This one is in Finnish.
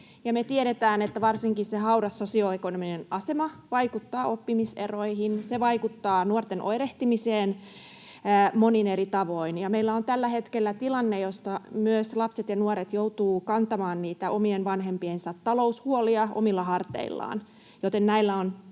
tiedetään, että varsinkin hauras sosioekonominen asema vaikuttaa oppimiseroihin. Se vaikuttaa nuorten oirehtimiseen monin eri tavoin. Meillä on tällä hetkellä tilanne, jossa myös lapset ja nuoret joutuvat kantamaan niitä omien vanhempiensa taloushuolia omilla harteillaan,